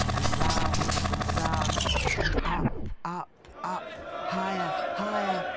and round, and round and up, up, up higher, higher,